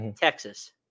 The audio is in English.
Texas